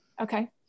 Okay